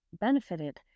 benefited